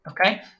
okay